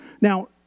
Now